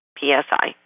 PSI